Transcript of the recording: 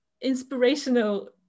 inspirational